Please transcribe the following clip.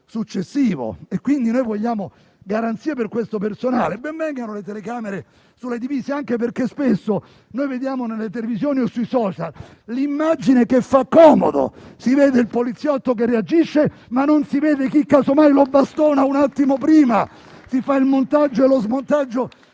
successivo. Quindi, vogliamo garanzie per questo personale. Ben vengano le telecamere sulle divise, anche perché spesso vediamo nelle televisioni o sui *social* l'immagine che fa comodo: si vede il poliziotto che reagisce ma non si vede chi casomai lo bastona un attimo prima. Si fa il montaggio e lo smontaggio